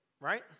right